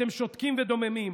אתם שותקים ודוממים.